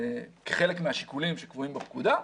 כחלק מהשיקולים שקבועים בפקודה.